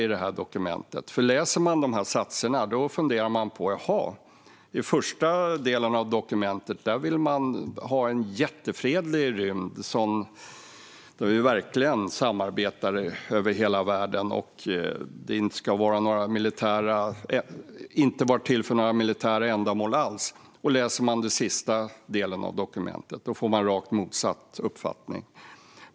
Som det är nu läser man i den första delen av dokumentet att vi vill ha en jättefredlig rymd, där vi verkligen samarbetar över hela världen utan några militära ändamål alls, medan man i den sista delen av dokumentet får rakt motsatt uppfattning.